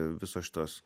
visos šitos